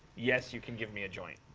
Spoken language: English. yes, you can give me a joint.